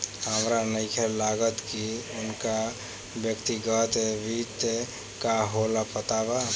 हामरा नइखे लागत की उनका व्यक्तिगत वित्त का होला पता बा